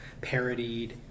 parodied